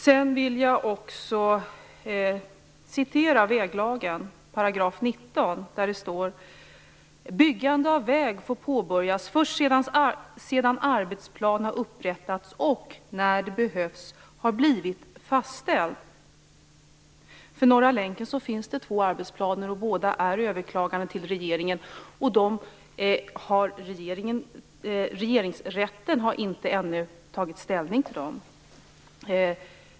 Jag vill också citera ur väglagen, § 19, där det står följande: "Byggande av väg får påbörjas först sedan arbetsplan har upprättats och, när det behövs, har blivit fastställd." För Norra länken finns det två arbetsplaner, och båda är överklagade hos regeringen. Regeringsrätten har ännu inte tagit ställning till dem.